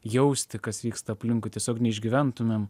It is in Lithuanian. jausti kas vyksta aplinkui tiesiog neišgyventumėm